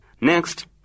Next